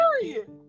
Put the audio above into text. Period